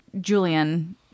Julian